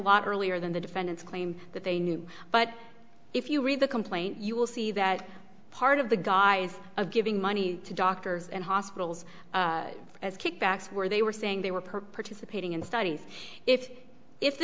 lot earlier than the defendants claim that they knew but if you read the complaint you will see that part of the guise of giving money to doctors and hospitals as kickbacks were they were saying they were participating in studies if if the